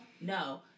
no